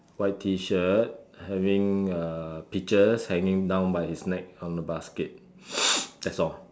white T shirt having uh peaches hanging down by his neck on the basket that's all